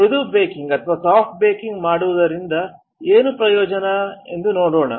ಮೃದುವಾದ ಬೇಕಿಂಗ್ ಮಾಡುವುದರಿಂದ ಏನು ಪ್ರಯೋಜನ ಎಂದು ನೋಡೋಣ